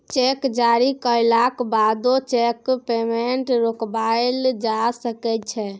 cheque जारी कएलाक बादो चैकक पेमेंट रोकबाएल जा सकै छै